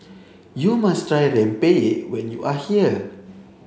you must try Rempeyek when you are here